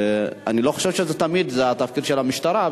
ואני לא חושב שזה תמיד התפקיד של המשטרה,